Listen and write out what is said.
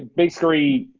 basically,